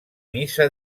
missa